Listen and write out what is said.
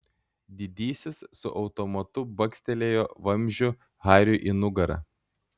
didysis su automatu bakstelėjo vamzdžiu hariui į nugarą